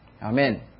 Amen